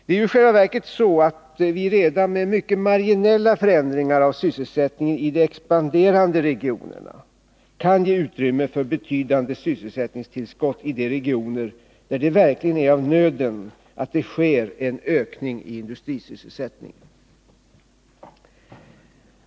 Det är ju i själva verket så, att vi redan med mycket marginella förändringar av sysselsättningen i de expanderande regionerna kan ge utrymme för betydande sysselsättningstillskott i de regioner där det verkligen är av nöden att det sker en ökning av industrisysselsättningen.